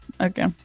okay